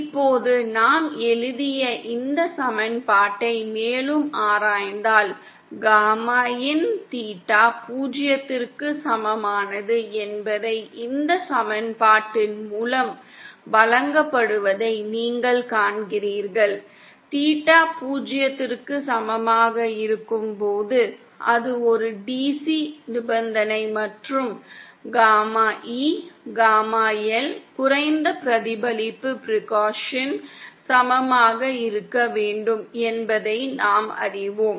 இப்போது நாம் எழுதிய இந்த சமன்பாட்டை மேலும் ஆராய்ந்தால் காமாin தீட்டா பூஜ்ஜியத்திற்கு சமமானது என்பதை இந்த சமன்பாட்டின் மூலம் வழங்கப்படுவதை நீங்கள் காண்கிறீர்கள் தீட்டா பூஜ்ஜியத்திற்கு சமமாக இருக்கும்போது அது ஒரு DC நிபந்தனை மற்றும் காமா E காமா L குறைந்த பிரதிபலிப்பு பிரிகுஷனுக்கு சமமாக இருக்கவேண்டும் என்பதையும் நாம் அறிவோம்